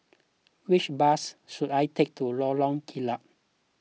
which bus should I take to Lorong Kilat